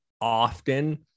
often